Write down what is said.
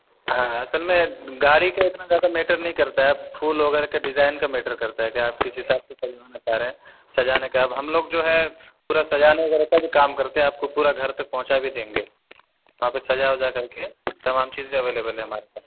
ہاں اصل میں گاڑی کا اتنا زیادہ میٹر نہیں کرتا ہے پھول وغیرہ کا ڈیزائن کا میٹر کرتا ہے کہ آپ کس حساب سے سجوانا چاہ رہے ہیں سجانے کا اب ہم لوگ جو ہے پورا سجانے وغیرہ کا بھی کام کرتے ہیں آپ کو پورا گھر تک پہنچا بھی دیں گے وہاں پہ سجا وجا کر کے تمام چیزیں اویلیبل ہے ہمارے پاس